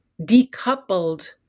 decoupled